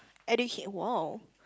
educa~ !wow!